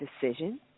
decision